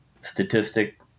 statistic